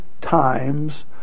times